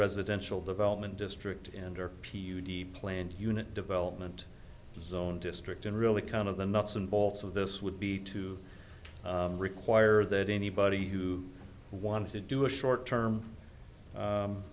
residential development district and or p u d planned unit development zone district and really kind of the nuts and bolts of this would be to require that anybody who wants to do a short term